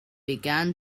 began